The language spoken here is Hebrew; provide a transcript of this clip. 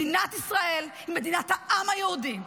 מדינת ישראל היא מדינת העם היהודי,